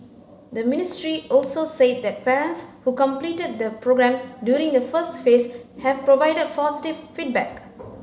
the ministry also said that parents who completed the programme during the first phase have provided positive feedback